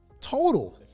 Total